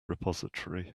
repository